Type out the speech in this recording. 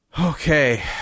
Okay